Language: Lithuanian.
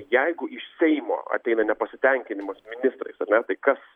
jeigu iš seimo ateina nepasitenkinimas ministrais ar ne tai kas